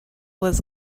was